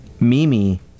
Mimi